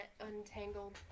untangled